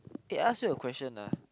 eh ask you a question ah